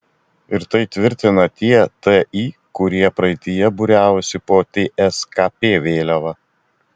ir tai tvirtina tie ti kurie praeityje būriavosi po tskp vėliava